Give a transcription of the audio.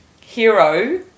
hero